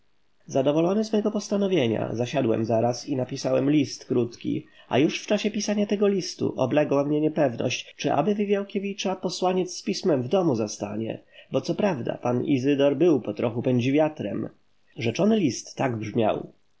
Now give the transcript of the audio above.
zadowolony z mego postanowienia zasiadłem zaraz i napisałem list krótki a już w czasie pisania tego listu oblegała mnie niepewność czy aby wywiałkiewicza posłaniec z pismem w domu zastanie bo co prawda pan izydor był po trochu pędzi wiatrem rzeczony list tak brzmiał